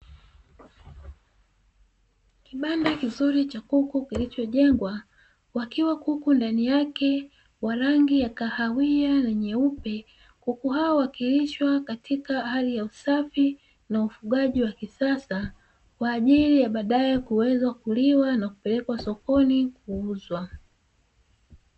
Kibanda kizuri cha kuku kilichojengwa, wakiwa kuku ndani yake wa rangi ya kahawia na nyeupe, kuku hao wakilishwa katika hali ya usafi na ufugaji wa kisasa kwaajili ya baadae kuweza kuliwa na kupelekwa sokoni kuuzwa.